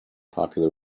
popular